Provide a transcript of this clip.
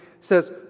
says